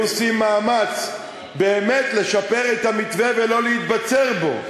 עושים מאמץ באמת לשפר את המתווה ולא להתבצר בו,